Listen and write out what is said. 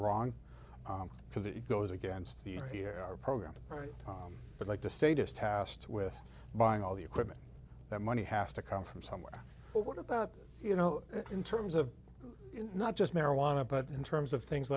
wrong because it goes against the here our program right but like the status tasked with buying all the equipment that money has to come from somewhere but what about you know in terms of not just marijuana but in terms of things